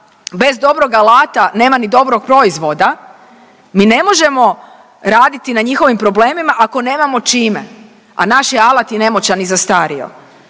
bez dobrog alata nema ni dobrog proizvoda mi ne možemo raditi na njihovim problemima, ako nemamo čime, a naš je alat i nemoćan i zastario.